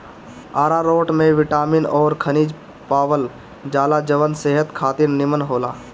आरारोट में बिटामिन अउरी खनिज पावल जाला जवन सेहत खातिर निमन होला